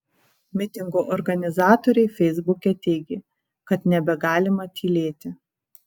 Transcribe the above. mitingo organizatoriai feisbuke teigė kad nebegalima tylėti